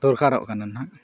ᱫᱚᱨᱠᱟᱨᱚᱜ ᱠᱟᱱᱟ ᱱᱟᱦᱟᱜ